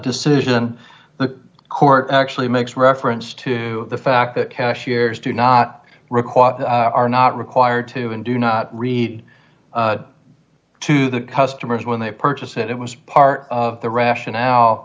decision the court actually makes reference to the fact that cashiers do not require are not required to and do not read to the customers when they purchase it it was part of the